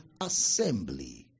assembly